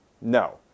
No